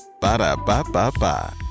Ba-da-ba-ba-ba